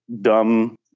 dumb